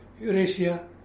Eurasia